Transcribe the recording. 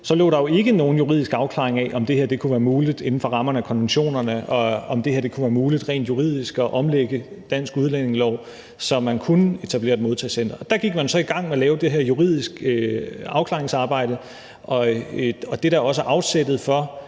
så lå der jo ikke nogen juridisk afklaring af, om det her kunne være muligt inden for rammerne af konventionerne, og om det kunne være muligt rent juridisk at omlægge dansk udlændingelov, så man kunne etablere et modtagecenter. Der gik man så i gang med at lave det her juridiske afklaringsarbejde og det, der også er afsættet for